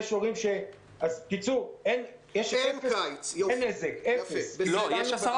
בקיצור אין נזק, אפס נזק.